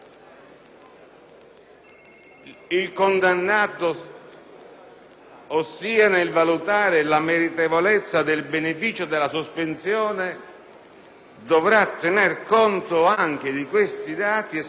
il giudice, nel valutare la meritevolezza del beneficio della sospensione, dovrà tener conto anche di questi dati espressamente previsti